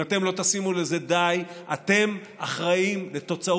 אם אתם לא תשימו לזה סוף אתם אחראים לתוצאות